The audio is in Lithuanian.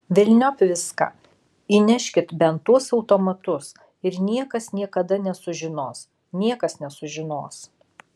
velniop viską įneškit bent tuos automatus ir niekas niekada nesužinos niekas nesužinos